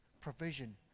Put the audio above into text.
provision